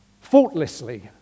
faultlessly